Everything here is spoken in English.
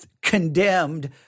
condemned